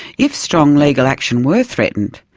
if strong legal action were threatened,